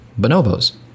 bonobos